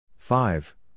Five